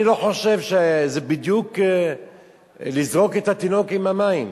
אני לא חושב שזה בדיוק לזרוק את התינוק עם המים.